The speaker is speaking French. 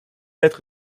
être